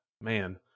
man